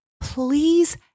Please